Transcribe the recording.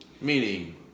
Meaning